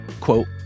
quote